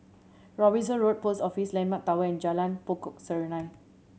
Robinson Road Post Office Landmark Tower and Jalan Pokok Serunai